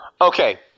Okay